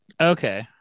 Okay